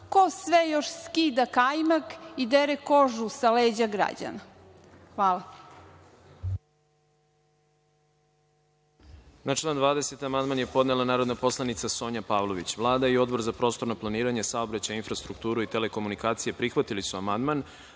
ko sve još skida kajmak i dere koži sa leđa građana. Hvala.